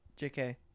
JK